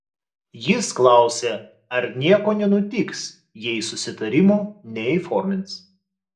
jis klausė ar nieko nenutiks jei susitarimo neįformins